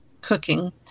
Cooking